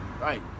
Right